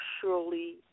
surely